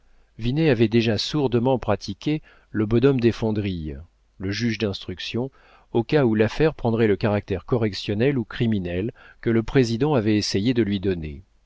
avait déjà sourdement pratiqué le bonhomme desfondrilles le juge d'instruction au cas où l'affaire prendrait le caractère correctionnel ou criminel que le président avait essayé de lui donner